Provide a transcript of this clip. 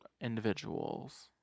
Individuals